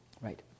right